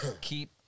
keep